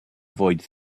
avoid